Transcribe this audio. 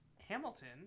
Hamilton